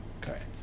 correct